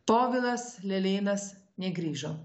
povilas lelėnas negrįžo